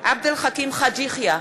עבד אל חכים חאג' יחיא,